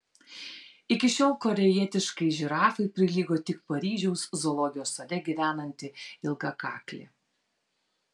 iki šiol korėjietiškai žirafai prilygo tik paryžiaus zoologijos sode gyvenanti ilgakaklė